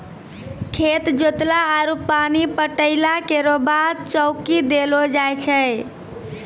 खेत जोतला आरु पानी पटैला केरो बाद चौकी देलो जाय छै?